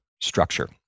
structure